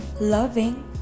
loving